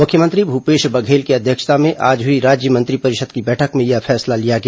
मुख्यमंत्री भूपेश बघेल की अध्यक्षता में आज हुई राज्य मंत्रिपरिषद की बैठक में यह फैसला लिया गया